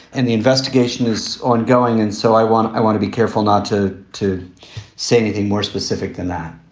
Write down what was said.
and the investigation is ongoing. and so i want to i want to be careful not to to say anything more specific than that